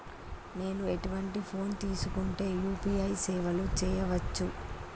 నేను ఎటువంటి ఫోన్ తీసుకుంటే యూ.పీ.ఐ సేవలు చేయవచ్చు?